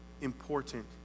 important